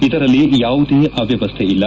ಇದರಲ್ಲಿ ಯಾವುದೇ ಅವ್ಕಮಸ್ಥೆ ಇಲ್ಲ